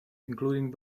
including